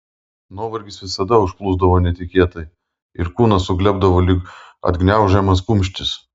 nuovargis visada užplūsdavo netikėtai ir kūnas suglebdavo lyg atgniaužiamas kumštis